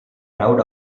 proud